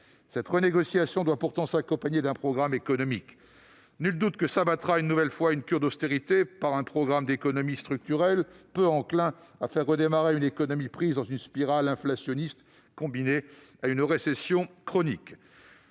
Cette renégociation doit pourtant s'accompagner d'un programme économique. Nul doute que sera une nouvelle fois imposée à l'Argentine une cure d'austérité sous la forme d'un programme d'économies structurelles, peu susceptible de faire redémarrer une économie prise dans une spirale inflationniste, combinée à une récession chronique.